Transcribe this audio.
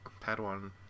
Padawan